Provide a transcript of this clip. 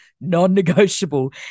non-negotiable